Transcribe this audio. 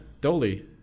Dolly